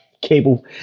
cable